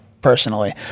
personally